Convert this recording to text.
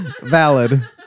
Valid